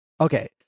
Okay